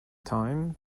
time